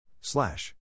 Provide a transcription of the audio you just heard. slash